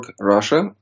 Russia